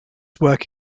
work